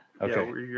Okay